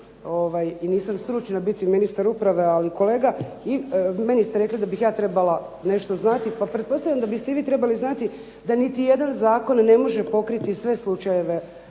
i nisam stručna biti ministar uprave, ali kolega meni ste rekli da bih ja trebala nešto znati pa pretpostavljam da biste i vi trebali znati da niti jedan zakon ne može pokriti sve slučajeve